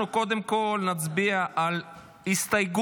אנחנו קודם כול נצביע על הסתייגות